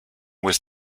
with